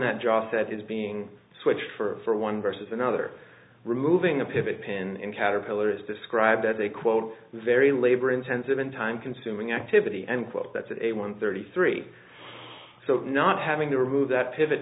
that job set is being switched for one versus another removing a pivot pin caterpillar is described as a quote very labor intensive and time consuming activity and that's a one thirty three so not having to remove that pivot